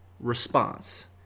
Response